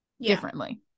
differently